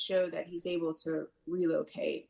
show that he's able to relocate